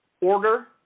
order